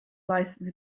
license